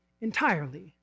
entirely